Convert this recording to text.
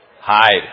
Hide